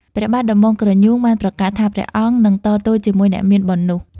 ព្រះបាទដំបងក្រញូងបានប្រកាសថា ព្រះអង្គនឹងតទល់ជាមួយអ្នកមានបុណ្យនោះ ។